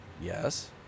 Yes